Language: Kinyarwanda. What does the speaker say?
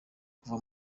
kuva